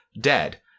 dead